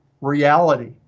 reality